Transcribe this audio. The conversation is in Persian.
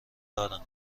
دارم